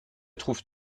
trouves